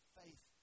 faith